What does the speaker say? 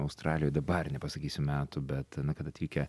australijoj dabar nepasakysiu metų bet na kada atvykę